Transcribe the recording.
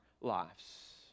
lives